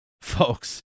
folks